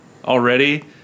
already